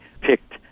picked